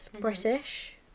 British